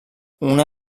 una